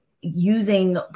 using